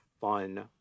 fun